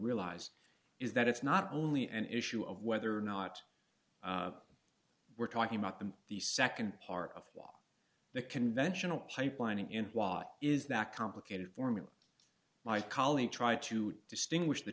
realize is that it's not only an issue of whether or not we're talking about them the nd part of the conventional pipelining in why is that complicated formula my colleague try to distinguish the